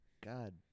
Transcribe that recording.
God